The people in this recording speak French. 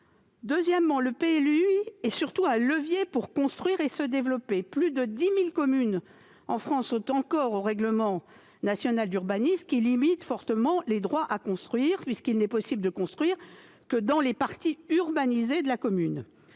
Ensuite, le PLUi constitue un levier pour construire et se développer. Plus de 10 000 communes en France en sont restées au règlement national d'urbanisme (RNU), qui limite fortement les droits à construire puisqu'il n'est possible de construire que dans les parties urbanisées de la commune.